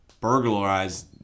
burglarized